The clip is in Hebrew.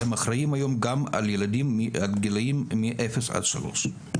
אתם אחראים היום גם על ילדים בגילי אפס עד שלוש.